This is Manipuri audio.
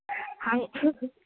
ꯍꯥꯡꯉꯤ